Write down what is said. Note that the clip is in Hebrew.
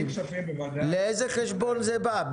לאיזה חשבון זה בא?